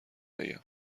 بگم